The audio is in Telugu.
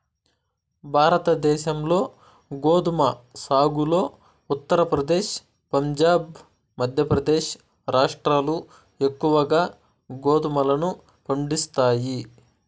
భారతదేశంలో గోధుమ సాగులో ఉత్తరప్రదేశ్, పంజాబ్, మధ్యప్రదేశ్ రాష్ట్రాలు ఎక్కువగా గోధుమలను పండిస్తాయి